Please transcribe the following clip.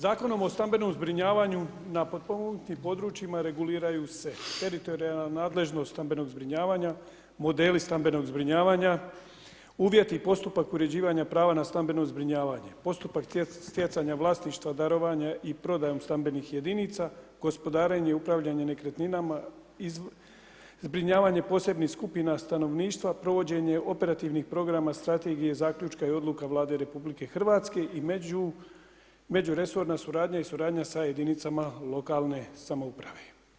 Zakonom o stambenom zbrinjavanju na potpomognutim područjima reguliraju se teritorijalna nadležnost stambenog zbrinjavanja, modeli stambenog zbrinjavanja, uvjeti i postupak uređivanja prava na stambeno zbrinjavanje, postupak stjecanja vlasništva darovanjem i prodajom stambenih jedinica, gospodarenje, upravljanje nekretninama i zbrinjavanje posebnih skupina stanovništva, provođenje operativnih programa strategije zaključka i odluka Vlade RH i međuresorna suradnja i suradnja sa jedinicama lokalne samouprave.